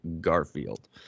Garfield